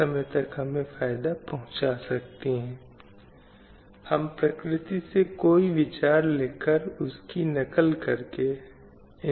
विभिन्न प्रकार के बुराइयों के प्रणाली में प्रवेश करने के साथ और महिलाएं इनकी शिकार हुई